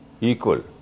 equal